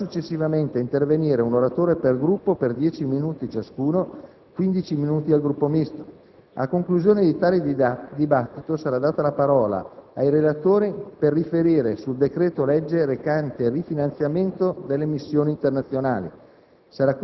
Potrà successivamente intervenire un oratore per Gruppo per 10 minuti ciascuno (15 minuti al Gruppo Misto). A conclusione di tale dibattito sarà data la parola ai relatori per riferire sul decreto-legge recante rifinanziamento delle missioni internazionali.